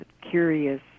curious